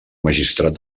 magistrat